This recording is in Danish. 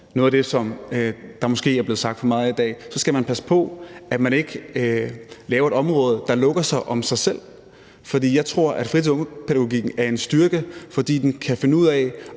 noget af det, der måske er blevet snakket for meget om i dag – skal man passe på, at man ikke laver et område, der lukker sig om sig selv. For jeg tror, at fritids- og ungdomspædagogikken er en styrke, fordi den kan finde ud af